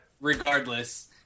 Regardless